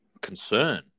concern